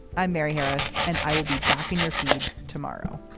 i'm mary harris and i will be back in your feed tomorrow